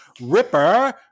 Ripper